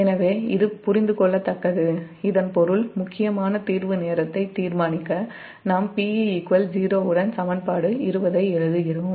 எனவே இது புரிந்து கொள்ளத்தக்கது இதன் பொருள் முக்கியமான தீர்வு நேரத்தை தீர்மானிக்க நாம் Pe 0 உடன் சமன்பாடு 20 ஐ எழுதுகிறோம்